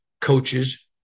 coaches